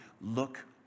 look